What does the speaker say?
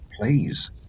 Please